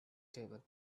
table